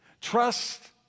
trust